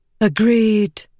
Agreed